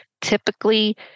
typically